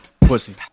Pussy